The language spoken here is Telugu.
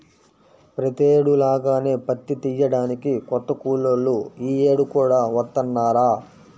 ప్రతేడు లాగానే పత్తి తియ్యడానికి కొత్త కూలోళ్ళు యీ యేడు కూడా వత్తన్నారా